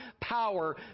power